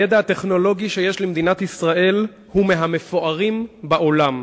הידע הטכנולוגי שיש למדינת ישראל הוא מהמפוארים בעולם.